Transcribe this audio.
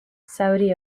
saudi